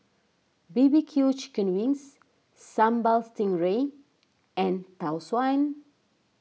B B Q Chicken Wings Sambal Stingray and Tau Suan